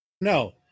No